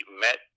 met